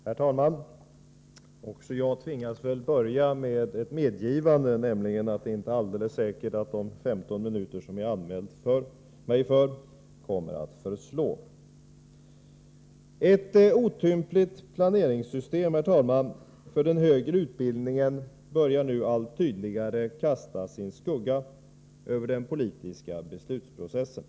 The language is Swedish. Herr talman! Också jag tvingas börja med ett medgivande, nämligen att det inte är alldeles säkert att de 15 minuter som jag har anmält att jag skall tala kommer att förslå. Herr talman! Ett otympligt planeringssystem för den högre utbildningen börjar nu allt tydligare kasta sin skugga över den politiska beslutsprocessen.